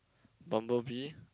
Bumblebee